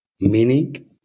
meaning